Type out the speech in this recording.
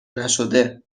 نشده